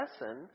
lesson